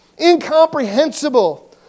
incomprehensible